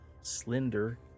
slender